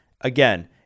Again